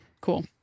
Cool